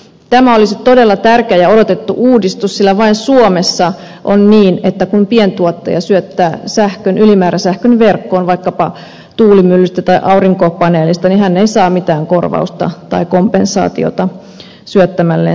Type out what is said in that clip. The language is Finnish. tämä olisi todella tärkeä ja odotettu uudistus sillä vain suomessa on niin että kun pientuottaja syöttää ylimääräsähkön verkkoon vaikkapa tuulimyllystä tai aurinkopaneeleista niin hän ei saa mitään korvausta tai kompensaatiota syöttämälleen sähkölle